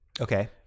Okay